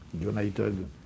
united